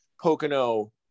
Pocono